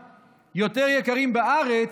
במבה, פסק זמן, יותר יקרים בארץ,